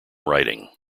writing